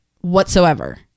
whatsoever